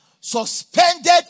suspended